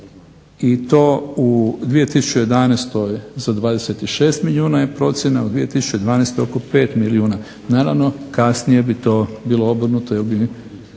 i to u 2011. za 26 milijuna je procjena, u 2012. oko 5 milijuna. Naravno, kasnije bi to bilo obrnuto jer bi,